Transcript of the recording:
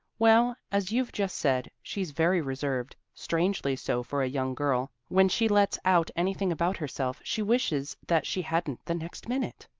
well, as you've just said, she's very reserved, strangely so for a young girl when she lets out anything about herself she wishes that she hadn't the next minute.